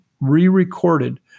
re-recorded